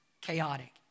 chaotic